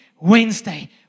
Wednesday